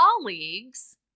colleagues